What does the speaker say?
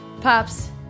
Pops